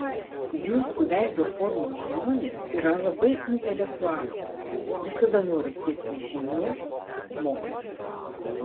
jūsų veido formos žmonės yra labai intelektualūs visada nori siekti žinių mokytis